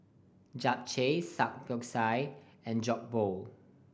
Japchae Samgyeopsal and Jokbal